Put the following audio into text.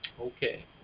Okay